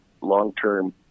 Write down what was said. long-term